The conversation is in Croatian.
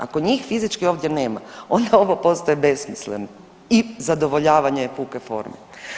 Ako njih fizički ovdje nema onda ovo postaje besmisleno i zadovoljavanje puke forme.